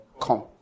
come